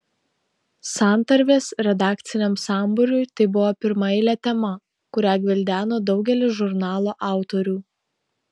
santarvės redakciniam sambūriui tai buvo pirmaeilė tema kurią gvildeno daugelis žurnalo autorių